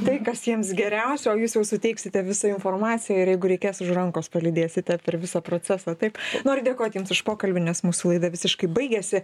tai kas jiems geriausio o jūs jau suteiksite visą informaciją ir jeigu reikės už rankos palydėsite per visą procesą taip noriu dėkoti jums už pokalbį nes mūsų laida visiškai baigėsi